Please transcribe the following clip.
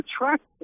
attract